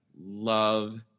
love